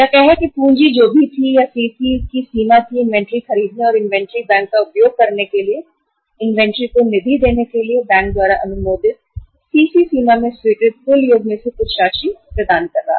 कहें कि राजधानी जो भी थी या सीसी की सीमा थी इन्वेंट्री खरीदने और इन्वेंट्री बैंक का उपयोग करने के लिए इन्वेंट्री को निधि देने के लिए बैंक द्वारा अनुमोदित CC सीमा में स्वीकृत कुल योग में से कुछ राशि प्रदान कर रहा था